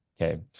Okay